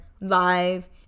live